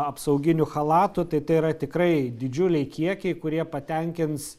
apsauginių chalatų tai tai yra tikrai didžiuliai kiekiai kurie patenkins